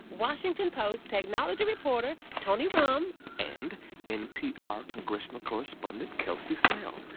washington post technology reporter tony romm and npr congressional correspondent kelsey snell.